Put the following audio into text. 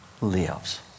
lives